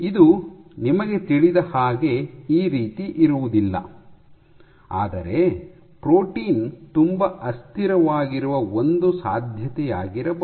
ಇದು ನಿಮಗೆ ತಿಳಿದ ಹಾಗೆ ಈ ರೀತಿ ಇರುವುದಿಲ್ಲ ಆದರೆ ಪ್ರೋಟೀನ್ ತುಂಬಾ ಅಸ್ಥಿರವಾಗಿರುವ ಒಂದು ಸಾಧ್ಯತೆಯಾಗಿರಬಹುದು